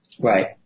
Right